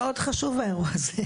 זה מאוד חשוב היום.